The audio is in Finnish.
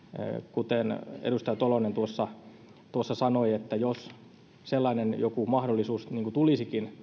kuten edustaja tolvanen tuossa tuossa sanoi jos joku sellainen teoreettinen mahdollisuus tulisikin